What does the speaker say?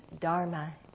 Dharma